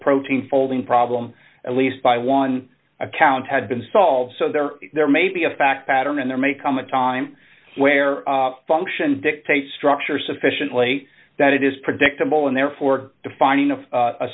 protein folding problem at least by one account had been solved so there may be a fact pattern and there may come a time where function dictates structure sufficiently that it is predictable and therefore the finding of